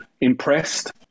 impressed